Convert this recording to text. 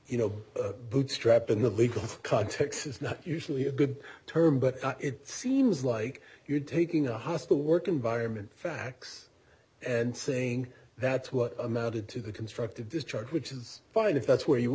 you know bootstrap in the legal context is not usually a good term but it seems like you're taking a hostile work environment facts and saying that's what amounted to the constructive discharge which is fine if that's where you